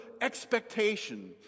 expectation